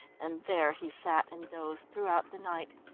and there he sat and dozed throughout the night.